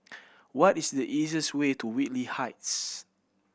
what is the easiest way to Whitley Heights